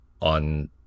on